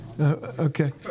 Okay